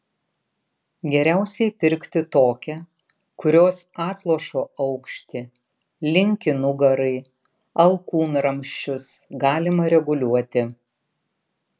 geriausiai pirkti tokią kurios atlošo aukštį linkį nugarai alkūnramsčius galima reguliuoti